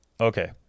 okay